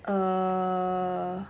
err